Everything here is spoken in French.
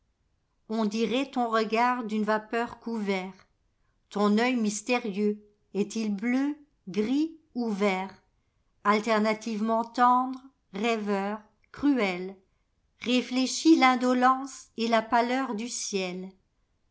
on dirait ton regard d'une vapeur couvert ton œil mystérieux fest il bleu gris ou vert alternativement tendre rêveur cruel réfléchit l'indolence et la nâleur du ciel